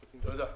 תודה.